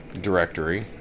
directory